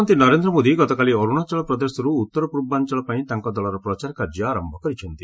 ପ୍ରଧାନମନ୍ତ୍ରୀ ନରେନ୍ଦ୍ର ମୋଦି ଗତକାଲି ଅରୁଣାଚଳ ପ୍ରଦେଶରୁ ଉତ୍ତର ପୂର୍ବାଞ୍ଚଳ ପାଇଁ ତାଙ୍କ ଦଳର ପ୍ରଚାର କାର୍ଯ୍ୟ ଆରମ୍ଭ କରିଛନ୍ତି